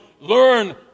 Learn